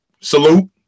salute